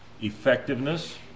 Effectiveness